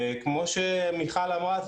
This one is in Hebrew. וכמו שמיכל אמרה,